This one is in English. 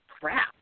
crap